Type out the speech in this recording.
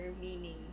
meaning